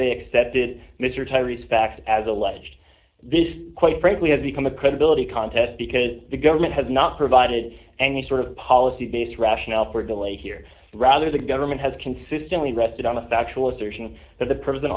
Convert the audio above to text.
they accepted mr tyreese fact as alleged this quite frankly has become a credibility contest because the government has not provided any sort of policy based rationale for delay here rather the government has consistently rested on the factual assertion that the prison